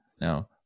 Now